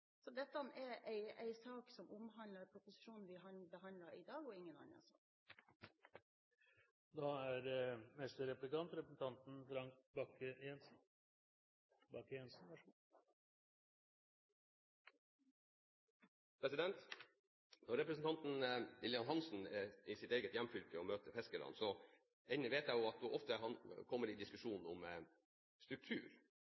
Så dette er en sak som omhandler proposisjonen vi behandler i dag, og ingen annen sak. Når representanten Lillian Hansen er i sitt eget hjemfylke og møter fiskere, vet jeg at hun ofte kommer i